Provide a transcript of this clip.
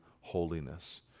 holiness